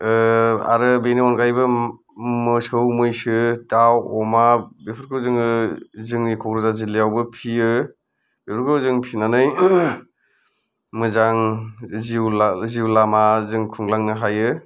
आरो बेनि अनगायैबो मोसौ मैसो दाउ अमा बेफोरखौ जोङो जोंनि क'क्राझार जिल्लायावबो फियो बेफोरखौ जों फिनानै मोजां जिउ जिउ लामाजों खुंलांनो हायो